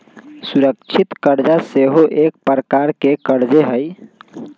सुरक्षित करजा सेहो एक प्रकार के करजे हइ